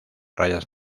rayas